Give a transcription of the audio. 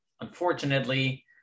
Unfortunately